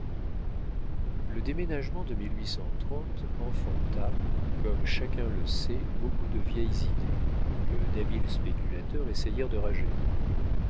le déménagement de enfanta comme chacun le sait beaucoup de vieilles idées que d'habiles spéculateurs essayèrent de rajeunir